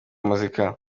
muzika